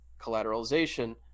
collateralization